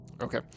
Okay